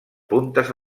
puntes